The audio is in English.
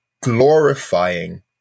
glorifying